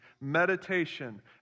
meditation